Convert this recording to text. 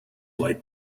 like